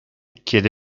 chiede